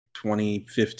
2015